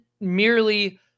merely